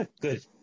good